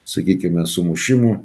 sakykime sumušimų